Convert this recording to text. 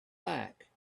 back